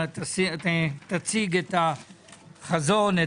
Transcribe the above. תציג את החזון,